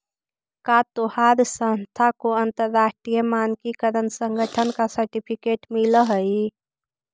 का तोहार संस्था को अंतरराष्ट्रीय मानकीकरण संगठन का सर्टिफिकेट मिलल हई